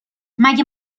مگه